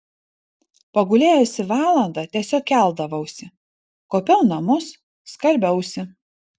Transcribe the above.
pagulėjusi valandą tiesiog keldavausi kuopiau namus skalbiausi